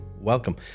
welcome